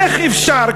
איך אפשר,